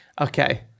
Okay